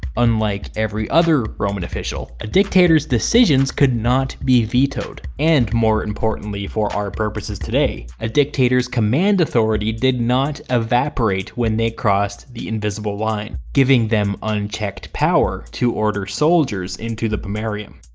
unlike every other roman official, a dictator's decisions could not be vetoed, and more importantly for our purposes today, a dictator's command authority did not evaporate when they crossed the invisible line, giving them unchecked power to order soldiers into the pomerium.